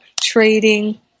trading